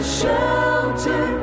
shelter